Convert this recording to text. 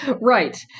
Right